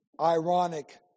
ironic